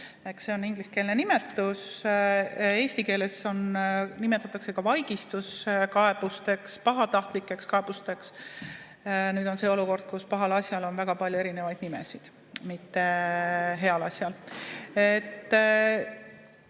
See on ingliskeelne nimetus, eesti keeles nimetatakse seda ka vaigistuskaebuseks, pahatahtlikuks kaebuseks. Nüüd on see olukord, kus pahal asjal on väga palju nimesid, mitte heal asjal.